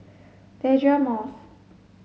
Deirdre Moss